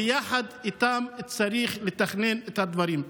ויחד איתם צריך לתכנן את הדברים.